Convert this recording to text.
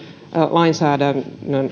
lainsäädännön